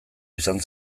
izan